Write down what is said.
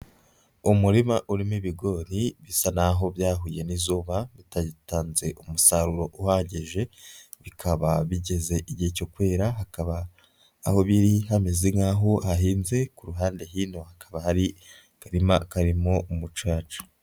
Umurima urimo ibigori bisa naho byahuye n'izuba bitatanze umusaruro uhagije, bikaba bigeze igihe cyo kwera, hakaba aho biri hameze nkaho hahinze, ku ruhande hino hakaba hari akarima karimo umucaca.